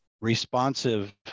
responsive